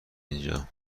اینجا